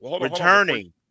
returning